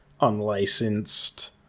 unlicensed